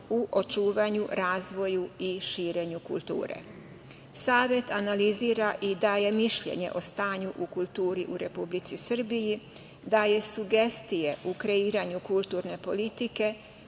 u očuvanju, razvoju i širenju kulture. Savet analizira i daje mišljenje o stanju u kulturi u Republici Srbiji, daje sugestije u kreiranju kulturne politike,